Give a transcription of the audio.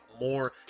more